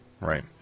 Right